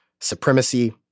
supremacy